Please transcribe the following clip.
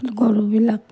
গৰুবিলাক